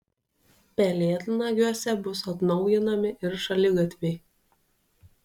pelėdnagiuose bus atnaujinami ir šaligatviai